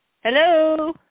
Hello